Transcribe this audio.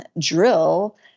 drill